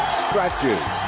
stretches